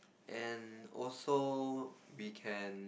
and also we can